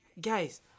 guys